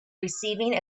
receiving